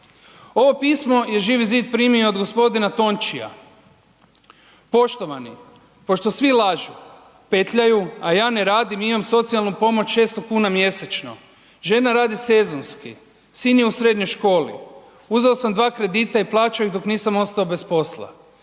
Ovo pismo je Živi zid primio od g. Tončija. Poštovani, pošto svi lažu, petljaju, a ja ne radim, imam socijalnu pomoć 600,00 kn mjesečno, žena radi sezonski, sin je u srednjoj školi, uzeo sam dva kredita i plaćao ih dok nisam ostao bez posla.